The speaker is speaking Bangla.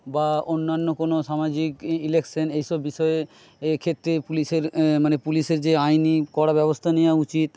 বা অন্যান্য কোনো সামাজিক ইলেকশেন এইসব বিষয়ে এক্ষেত্রে পুলিশের মানে পুলিশের যে আইনি কড়া ব্যবস্থা নেওয়া উচিত